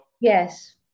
yes